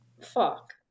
Fuck